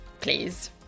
please